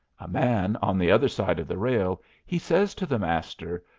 a man on the other side of the rail he says to the master,